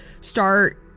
start